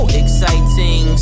exciting